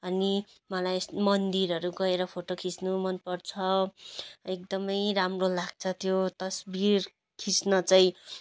अनि मलाई मन्दिरहरू गएर फोटो खिच्नु मन पर्छ एकदम राम्रो लाग्छ त्यो तस्बिर खिच्न चाहिँ